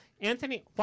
Anthony